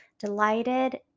delighted